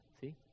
see